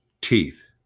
teeth